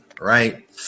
right